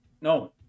no